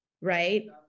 right